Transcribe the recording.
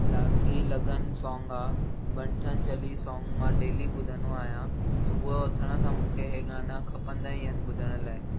लागी लगन सॉन्ग आहे बनठन चली सॉन्ग मां डेली ॿुधंदो आहियां सुबुह उथण सां मूंखे इहे गाना खपंदा ई आहिनि ॿुधणु लाइ